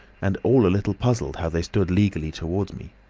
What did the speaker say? and all a little puzzled how they stood legally towards me.